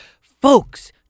Folks